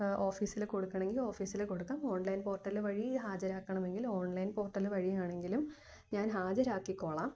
ഓഫിസില് കൊടുക്കണമെങ്കില് ഓഫിസില് കൊടുക്കാം ഓൺലൈൻ പോർട്ടല് വഴി ഹാജരാക്കണമെങ്കിൽ ഓൺലൈൻ പോർട്ടല് വഴിയാണെങ്കിലും ഞാൻ ഹാജരാക്കിക്കോളാം